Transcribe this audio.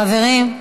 חברים,